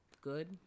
Good